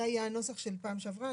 זה היה הנוסח של פעם שעברה.